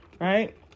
right